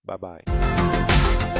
Bye-bye